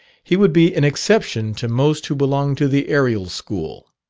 he would be an exception to most who belong to the aerial school.